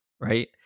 right